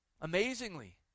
Amazingly